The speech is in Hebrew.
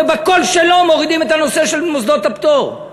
ובקול שלו מורידים את הנושא של מוסדות הפטור.